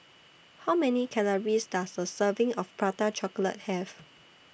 How Many Calories Does A Serving of Prata Chocolate Have